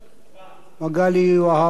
מגלי והבה, גם לא.